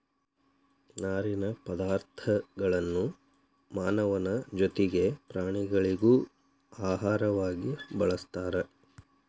ನಾರಿನ ಪದಾರ್ಥಗಳನ್ನು ಮಾನವನ ಜೊತಿಗೆ ಪ್ರಾಣಿಗಳಿಗೂ ಆಹಾರವಾಗಿ ಬಳಸ್ತಾರ